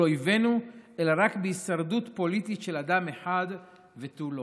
אויבינו אלא רק בהישרדות פוליטית של אדם אחד ותו לא.